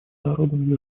народом